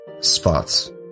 ...spots